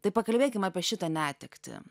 tai pakalbėkim apie šitą netektį